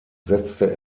setzte